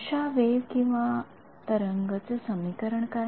अशा तरंगवेव्ह चे समीकरण काय